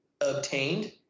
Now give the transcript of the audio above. obtained